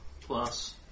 plus